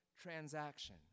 transaction